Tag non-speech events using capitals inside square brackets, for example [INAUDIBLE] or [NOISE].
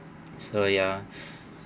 so ya [BREATH]